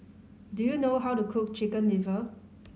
do you know how to cook Chicken Liver